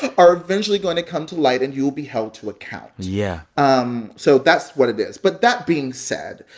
are eventually going to come to light, and you'll be held to account yeah um so that's what it is, but that being said,